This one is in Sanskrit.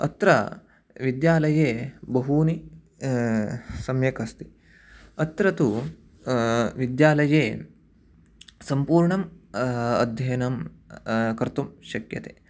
अत्र विद्यालये बहूनि सम्यक् अस्ति अत्र तु विद्यालये सम्पूर्णम् अध्ययनं कर्तुं शक्यते